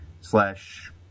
slash